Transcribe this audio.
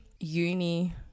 uni